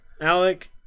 alec